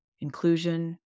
inclusion